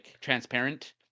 transparent